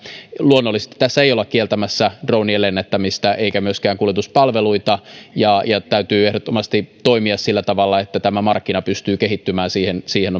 luonnollisesti tässä ei olla kieltämässä dronejen lennättämistä eikä myöskään kuljetuspalveluita ja ja täytyy ehdottomasti toimia sillä tavalla että tämä markkina pystyy kehittymään siihen siihen